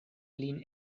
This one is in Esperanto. lin